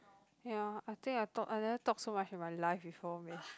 ya I think I talk I never talk so much in my life before man